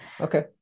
okay